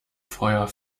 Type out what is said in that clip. feuer